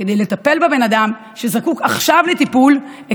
כדי לטפל בבן אדם שזקוק עכשיו לטיפול,